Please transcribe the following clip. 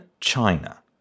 China